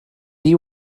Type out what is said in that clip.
ddi